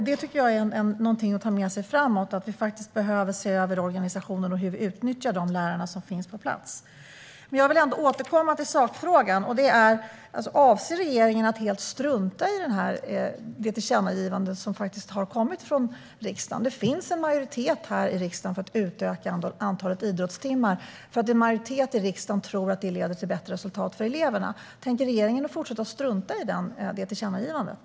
Det tycker jag är något att ha med sig framöver - att vi behöver se över organisationen och hur vi utnyttjar de lärare som finns på plats. Jag vill återkomma till sakfrågan: Avser regeringen att helt strunta i det tillkännagivande som har kommit från riksdagen? Det finns en majoritet här i riksdagen för att utöka antalet idrottstimmar därför att vi tror att det leder till bättre resultat för eleverna. Tänker regeringen fortsätta att strunta i tillkännagivandet?